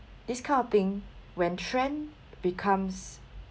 this kind of thing when trend becomes